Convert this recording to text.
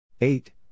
Eight